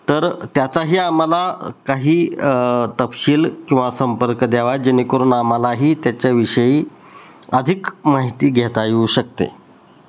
तर त्याचाही आम्हाला काही तपशील किंवा संपर्क द्यावा जेणेकरून आम्हालाही त्याच्याविषयी अधिक माहिती घेता येऊ शकते